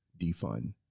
defund